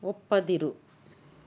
ಒಪ್ಪದಿರು